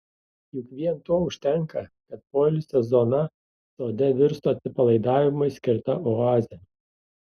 juk vien to užtenka kad poilsio zona sode virstų atsipalaidavimui skirta oaze